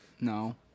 No